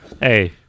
Hey